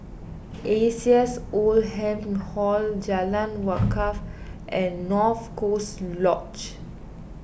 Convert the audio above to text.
A C S Oldham Hall Jalan Wakaff and North Coast Lodge